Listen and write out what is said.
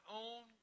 own